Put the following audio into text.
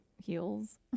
heels